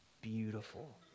beautiful